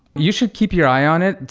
you should keep your eye on it.